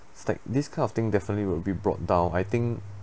it's like this kind of thing definitely will be brought down I think